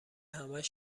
همش